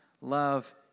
Love